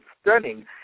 stunning